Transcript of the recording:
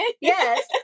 yes